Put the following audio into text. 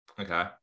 Okay